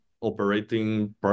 operating